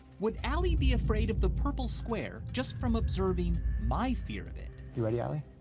would alie be afraid of the purple square just from observing my fear of it? you ready, alie?